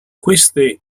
queste